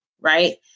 Right